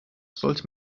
sollte